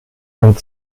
und